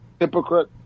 hypocrite